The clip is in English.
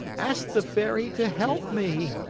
ask the fairy to help me!